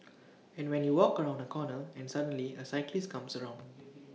and when you walk around A corner and suddenly A cyclist comes around